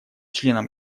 членам